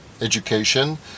education